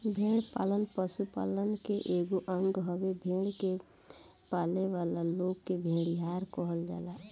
भेड़ पालन पशुपालन के एगो अंग हवे, भेड़ के पालेवाला लोग के भेड़िहार कहल जाला